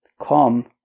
come